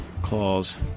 claws